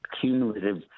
cumulative